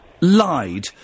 lied